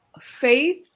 Faith